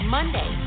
Monday